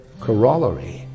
corollary